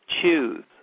choose